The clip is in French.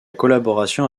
collaboration